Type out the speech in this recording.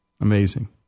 amazing